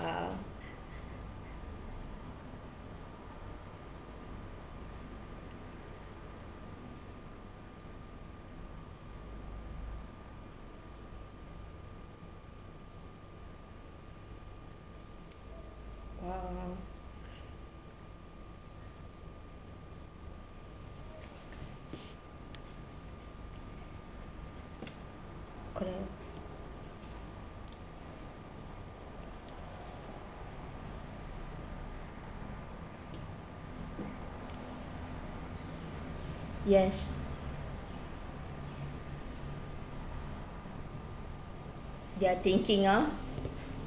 !wow! !wow! okay yes they are thinking ah